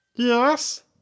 Yes